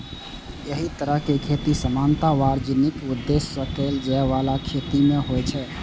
एहि तरहक खेती सामान्यतः वाणिज्यिक उद्देश्य सं कैल जाइ बला खेती मे होइ छै